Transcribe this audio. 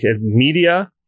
media